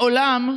מעולם,